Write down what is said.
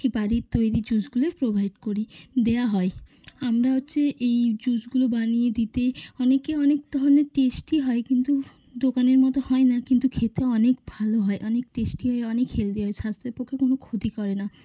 এ বাড়ির তৈরি জুসগুলোই প্রোভাইড করি দেওয়া হয় আমরা হচ্ছে এই জুসগুলো বানিয়ে দিতে অনেকে অনেক ধরনের টেস্টি হয় কিন্তু দোকানের মতো হয় না কিন্তু খেতে অনেক ভালো হয় অনেক টেস্টি হয় অনেক হেলদি হয় স্বাস্ত্যের পক্ষে কোনো ক্ষতি করে না